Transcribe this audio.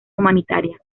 humanitaria